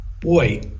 boy